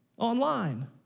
Online